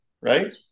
Right